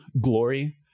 glory